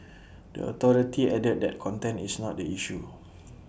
the authority added that content is not the issue